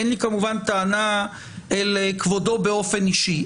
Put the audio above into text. אין לי כמובן טענה לכבודו באופן אישי,